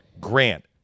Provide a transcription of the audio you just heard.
Grant